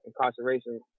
incarceration